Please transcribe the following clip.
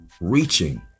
reaching